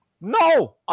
No